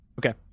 Okay